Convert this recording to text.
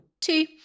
two